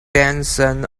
denson